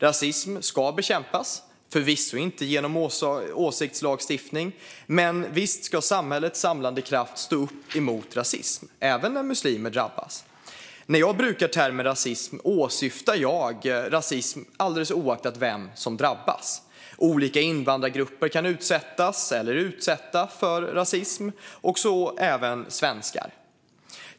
Rasism ska bekämpas - förvisso inte genom åsiktslagstiftning, men visst ska samhällets samlade kraft stå upp mot rasism, även när muslimer drabbas. När jag brukar termen rasism åsyftar jag rasism alldeles oavsett vem som drabbas. Olika invandrargrupper kan utsättas för eller utsätta andra för rasism, så även svenskar.